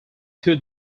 two